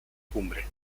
cumbre